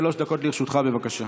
שלוש דקות לרשותך, בבקשה.